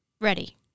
Ready